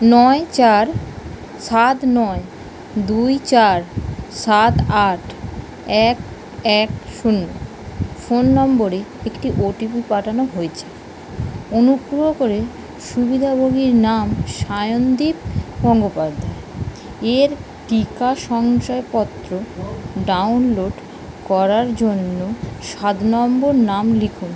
নয় চার সাত নয় দুই চার সাত আট এক এক শূন্য ফোন নম্বরে একটি ওটিপি পাঠানো হয়েছে অনুগ্রহ করে সুবিধাভোগীর নাম সায়নদীপ গঙ্গোপাধ্যায় এর টিকা শংসয়পত্র ডাউনলোড করার জন্য সাত নম্বর নাম লিখুন